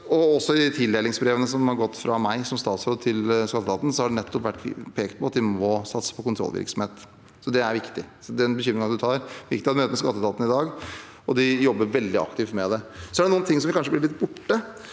Også i tildelingsbrevene som har gått fra meg som statsråd til skatteetaten, har det nettopp vært pekt på at de må satse på kontrollvirksomhet. Det er viktig. Den bekymringen representanten kommer med, er viktig. Jeg hadde et møte med skatteetaten i dag, og de jobber veldig aktivt med det. Så er det noen ting som kanskje blir litt borte.